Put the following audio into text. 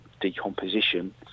decomposition